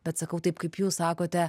bet sakau taip kaip jūs sakote